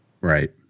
Right